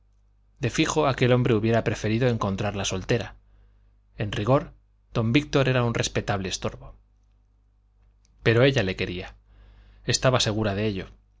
de fijo aquel hombre hubiera preferido encontrarla soltera en rigor don víctor era un respetable estorbo pero ella le quería estaba segura de ello